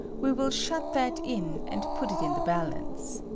we will shut that in and put it in the balance.